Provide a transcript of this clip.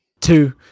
two